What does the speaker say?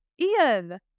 Ian